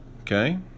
Okay